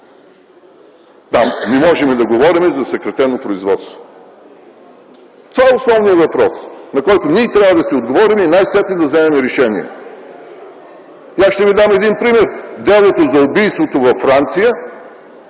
Там не можем да говорим за съкратено производство. Това е основният въпрос, на който ние трябва да си отговорим и най-сетне да вземем решение. И аз ще ви дам един пример – делото за убийството във Франция,